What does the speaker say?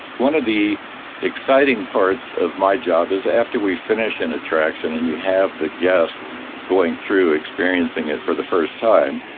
one of the exciting parts of my job is after we finish an attraction, and you have the guests going through experiencing it for the first time,